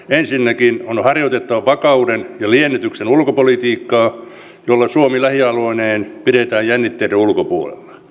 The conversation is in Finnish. ensinnäkin on harjoitettava vakauden ja liennytyksen ulkopolitiikkaa jolla suomi lähialueineen pidetään jännitteiden ulkopuolella